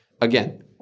Again